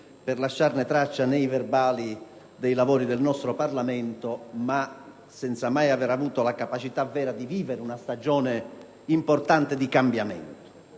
per lasciarne traccia nei verbali dei lavori del nostro Parlamento, senza che si abbia mai la capacità di vivere una stagione importante di cambiamento.